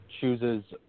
chooses –